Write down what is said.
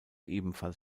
ebenfalls